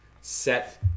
set